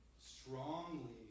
strongly